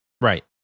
right